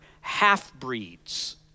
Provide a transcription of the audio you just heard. half-breeds